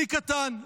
תיק קטן.